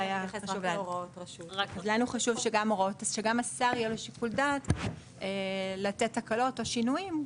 היה חשוב לנו שגם לשר יהיה שיקול דעת לתת הקלות או שינויים,